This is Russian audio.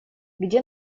где